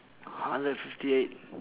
hundred and fifty eight